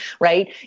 right